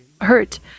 hurt